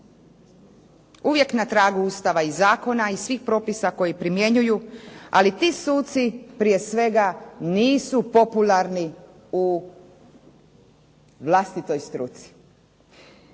uvijek na tragu Ustava i zakona i svih propisa koje primjenjuju, ali ti suci prije svega nisu popularni u vlastitoj struci.